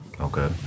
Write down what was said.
Okay